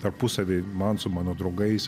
tarpusavy man su mano draugais